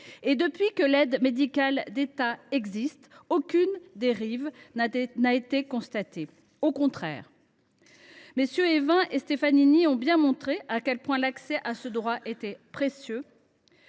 Et depuis que l’aide médicale de l’État existe, aucune dérive n’a été constatée, loin de là. MM. Évin et Stefanini ont montré à quel point l’accès à ce droit était précieux